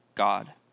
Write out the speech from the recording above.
God